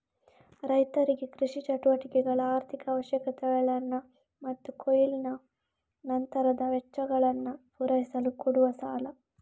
ರೈತರಿಗೆ ಕೃಷಿ ಚಟುವಟಿಕೆಗಳ ಆರ್ಥಿಕ ಅವಶ್ಯಕತೆಗಳನ್ನ ಮತ್ತು ಕೊಯ್ಲಿನ ನಂತರದ ವೆಚ್ಚಗಳನ್ನ ಪೂರೈಸಲು ಕೊಡುವ ಸಾಲ